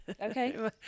Okay